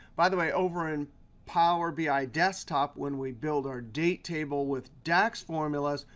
by the way, over in power bi desktop when we build our date table with dax formulas,